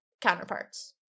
counterparts